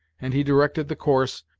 and he directed the course,